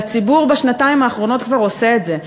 והציבור בשנתיים האחרונות כבר עושה את זה,